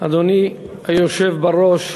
אדוני היושב בראש,